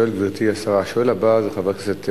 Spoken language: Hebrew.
גברתי השרה, השואל הבא הוא חבר הכנסת גנאים.